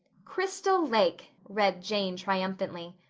crystal lake, read jane triumphantly.